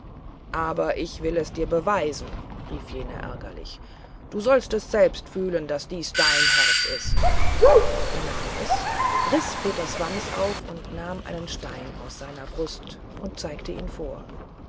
aber ich will es dir beweisen rief jener ärgerlich du sollst es selbst fühlen daß dies dein herz ist er nahm es riß peters wams auf und nahm einen stein aus seiner brust und zeigte ihn vor